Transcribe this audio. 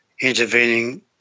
intervening